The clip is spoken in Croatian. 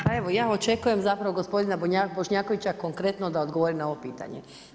Pa evo ja očekujem zapravo gospodina Bošnjakovića konkretno da odgovori na ovo pitanje.